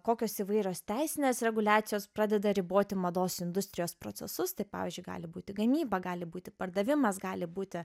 kokios įvairios teisinės reguliacijos pradeda riboti mados industrijos procesus tai pavyzdžiui gali būti gamyba gali būti pardavimas gali būti